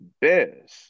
bears